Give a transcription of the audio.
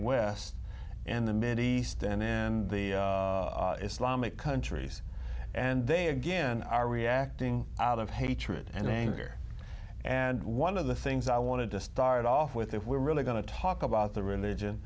west and the mideast and then the islamic countries and they again are reacting out of hatred and anger and one of the things i wanted to start off with if we're really going to talk about the religion